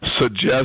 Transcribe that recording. suggest